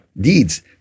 deeds